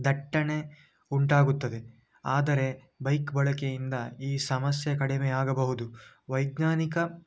ದಟ್ಟಣೆ ಉಂಟಾಗುತ್ತದೆ ಆದರೆ ಬೈಕ್ ಬಳಕೆಯಿಂದ ಈ ಸಮಸ್ಯೆ ಕಡಿಮೆ ಆಗಬಹುದು ವೈಜ್ಞಾನಿಕ